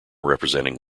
representing